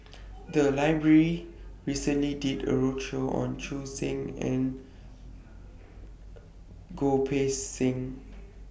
The Library recently did A roadshow on Choo Seng Quee and Goh Poh Seng